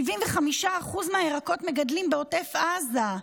75% מהירקות מגדלים בעוטף עזה.